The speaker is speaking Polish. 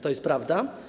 To jest prawda?